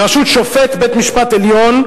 בראשות שופט בית-המשפט העליון,